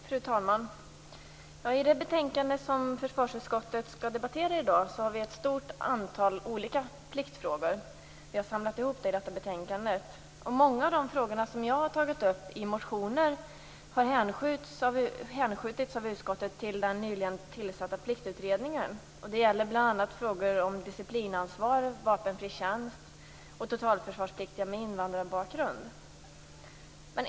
Fru talman! I det betänkande som kammaren skall debattera i dag finns ett stort antal olika pliktfrågor. Försvarsutskottet har samlat ihop dem i det här betänkandet. Många av de frågor som jag har tagit upp i motioner har hänskjutits av utskottet till den nyligen tillsatta Pliktutredningen. Det gäller bl.a. frågor om disciplinansvar, vapenfri tjänst och totalförsvarspliktiga med invandrarbakgrund.